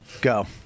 Go